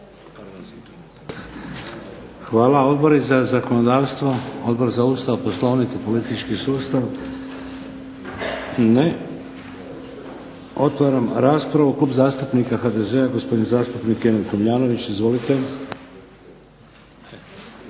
Hvala. Odbori za zakonodavstvo? Odbor za Ustav, Poslovnik i politički sustav? Ne. Otvaram raspravu. Klub zastupnika HDZ-a gospodin zastupnik Emil Tomljanović. iZvolite.